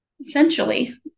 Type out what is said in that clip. Essentially